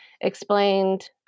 explained